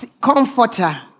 Comforter